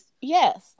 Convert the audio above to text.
Yes